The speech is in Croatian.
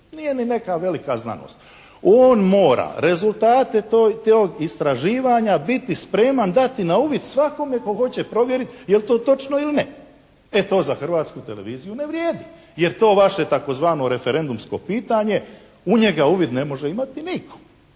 nije ni neka velika znanost. On mora rezultate tog istraživanja biti spreman dati na uvid svakome tko hoće provjerit je li to točno ili ne. E to, za Hrvatsku televiziju ne vrijedi, jer to vaše tzv. referendumsko pitanje, u njega uvid ne može imati nitko.